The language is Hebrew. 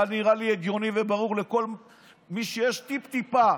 היה נראה לי הגיוני וברור לכל מי שיש טיפ טיפה,